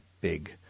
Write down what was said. big